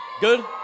Good